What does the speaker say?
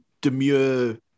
demure